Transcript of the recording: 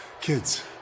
kids